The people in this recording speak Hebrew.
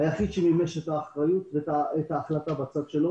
היחיד שמימש את האחריות ואת ההחלטה שלו.